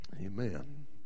Amen